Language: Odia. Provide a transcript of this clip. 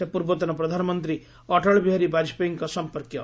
ସେ ପୂର୍ବତନ ପ୍ରଧାନମନ୍ତ୍ରୀ ଅଟଳ ବିହାରୀ ବାଜପେୟୀଙ୍କ ସମ୍ପର୍କୀୟ